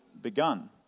begun